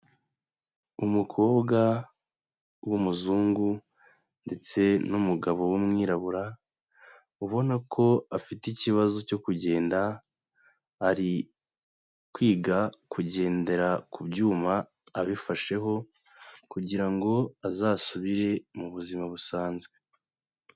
Umukobwa w'umuzungu ndetse n'umugabo w'umwirabura ubona ko afite ikibazo cyo kugenda, ari kwiga kugendera ku byuma abifasheho, kugira ngo azasubire mu buzima busanzwe.